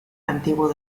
antiguo